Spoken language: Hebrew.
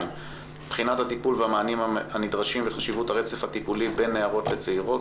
בחינת הטיפול והמענים הנדרשים וחשיבות הרצף הטיפולי בין נערות לצעירות.